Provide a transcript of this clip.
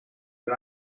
een